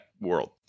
world